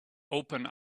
open